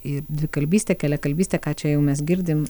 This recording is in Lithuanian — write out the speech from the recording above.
ir dvikalbystė keliakalbystė ką čia jau mes girdim